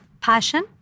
passion